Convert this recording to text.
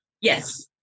Yes